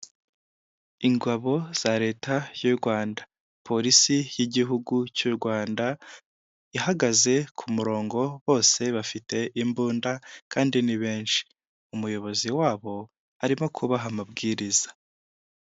Ingabo za leta y'u Rwanda polisi yigihugu cy'u Rwanda ihagaze ku murongo bose bafite imbunda kandi ni benshi. Umuyobozi wabo arimo kubaha amabwiriza.